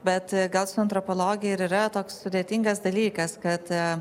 bet gal su antropologija ir yra toks sudėtingas dalykas kad